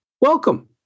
welcome